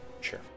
Sure